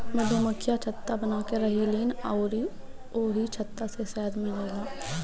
मधुमक्खियाँ छत्ता बनाके रहेलीन अउरी ओही छत्ता से शहद मिलेला